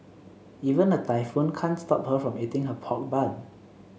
even a typhoon can't stop her from eating her pork bun